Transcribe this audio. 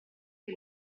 che